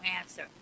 answer